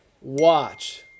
Watch